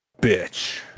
bitch